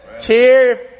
Cheer